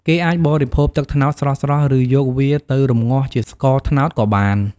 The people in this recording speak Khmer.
គេអាចបរិភោគទឹកត្នោតស្រស់ៗ ឬ យកវាទៅរំងាស់ជាស្ករត្នោតក៏បាន។